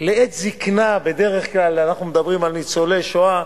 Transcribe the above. לעת זיקנה, בדרך כלל אנחנו מדברים על ניצולי שואה,